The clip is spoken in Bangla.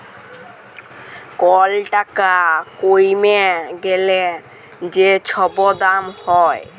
কল টাকা কইমে গ্যালে যে ছব দাম হ্যয়